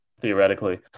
theoretically